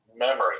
memory